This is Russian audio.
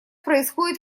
происходит